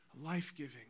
life-giving